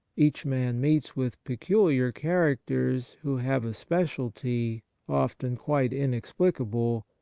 each man meets with peculiar characters who have a speciality, often quite inexplicable,